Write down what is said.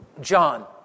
John